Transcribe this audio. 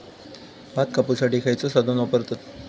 भात कापुसाठी खैयचो साधन वापरतत?